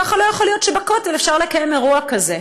ככה לא יכול להיות שבכותל אפשר לקיים אירוע כזה.